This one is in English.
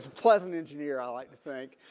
pleasant engineer i like to think